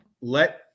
let